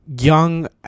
young